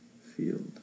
field